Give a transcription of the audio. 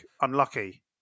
unlucky